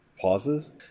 pauses